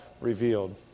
revealed